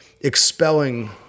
expelling